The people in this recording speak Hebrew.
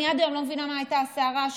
עד היום אני לא מבינה מה הייתה הסערה שם,